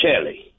Kelly